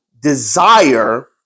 desire